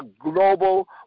global